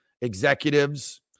executives